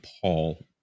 Paul